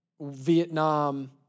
Vietnam